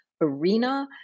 arena